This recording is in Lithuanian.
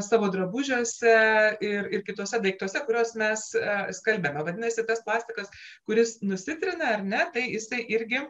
savo drabužiuose ir ir kituose daiktuose kuriuos mes skalbiame vadinasi tas plastikas kuris nusitrina ar ne tai jisai irgi